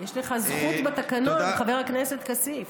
יש לך זכות בתקנון, חבר הכנסת כסיף.